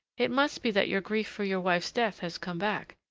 it must be that your grief for your wife's death has come back.